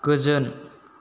गोजोन